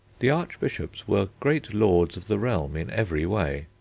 the archbishops were great lords of the realm in every way.